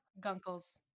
Gunkles